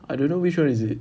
I don't know which [one] is it